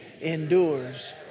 endures